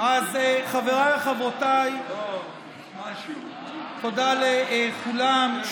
חבריי וחברותיי, תודה לכולם.